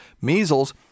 Measles